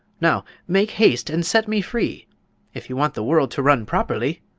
now, make haste and set me free if you want the world to run properly.